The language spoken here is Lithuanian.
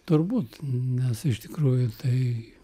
turbūt nes iš tikrųjų tai